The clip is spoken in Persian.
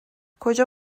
کجا